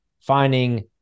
finding